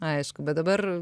aišku bet dabar